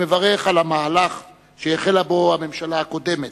אני מברך על המהלך שהחלה בו הממשלה הקודמת,